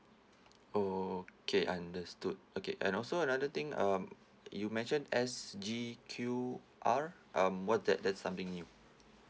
okay understood okay and also another thing um you mentioned S_G_Q_R um what's that that's something new